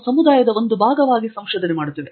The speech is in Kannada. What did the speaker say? ನಾವು ಸಮುದಾಯದ ಒಂದು ಭಾಗವಾಗಿ ಸಂಶೋಧನೆ ಮಾಡುತ್ತೇವೆ